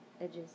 edges